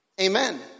Amen